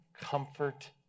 comfort